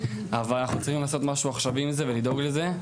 אבל אנחנו צריכים לעשות משהו עכשיו עם זה ולדאוג לזה,